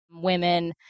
women